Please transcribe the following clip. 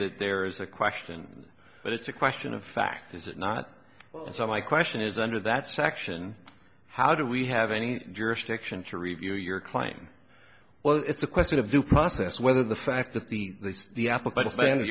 that there is a question but it's a question of fact is it not so my question is under that section how do we have any jurisdiction to review your claim well it's a question of due process whether the fact that the the apple b